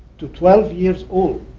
to twelve years old,